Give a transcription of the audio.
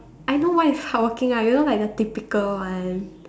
I know one is hardworking ah you know like the typical one